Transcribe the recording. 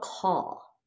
call